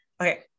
okay